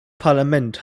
parlament